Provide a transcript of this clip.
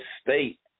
state